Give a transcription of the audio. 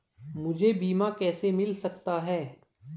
मुझे बीमा कैसे मिल सकता है?